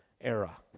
era